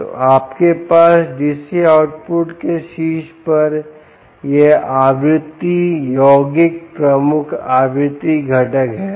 तो आपके पास DC आउटपुट के शीर्ष पर यह आवृत्ति यौगिक प्रमुख आवृत्ति घटक है